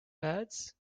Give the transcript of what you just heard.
beds